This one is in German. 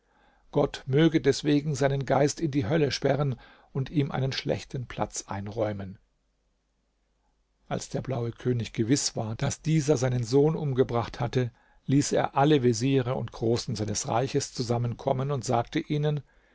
gott möge deswegen seinen geist in die hölle sperren und ihm einen schlechten platz einräumen als der blaue könig gewiß war daß dieser seinen sohn umgebracht hatte ließ er alle veziere und großen seines reichs zusammenkommen und sagte ihnen